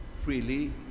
freely